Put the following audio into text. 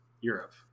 Europe